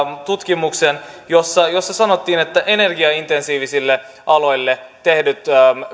tutkimuksen jossa jossa sanottiin että energiaintensiivisille aloille tehdyistä